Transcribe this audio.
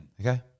Okay